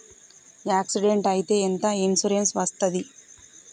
Accident అయితే ఎంత insurance వస్తది?